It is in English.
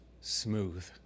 smooth